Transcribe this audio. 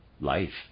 Life